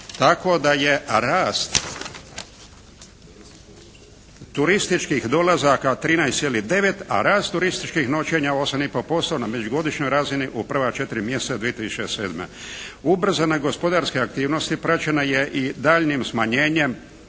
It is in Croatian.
tako da je rast turističkih dolazaka 13,9 a rast turističkih noćenja 8,5% na međugodišnjoj razini u prva četiri mjeseca 2007. Ubrzana gospodarske aktivnosti praćena je i daljnjim smanjenjem